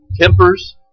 tempers